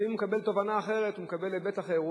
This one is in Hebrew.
לפעמים הוא מקבל תובנה אחרת, הוא מקבל היבט אחר.